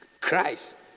Christ